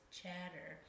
chatter